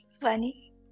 funny